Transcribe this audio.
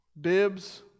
bibs